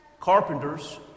Carpenters